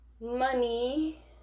Money